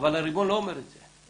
אבל הריבון לא אומר את זה.